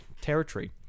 territory